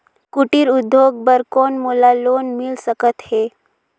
कुटीर उद्योग बर कौन मोला लोन मिल सकत हे?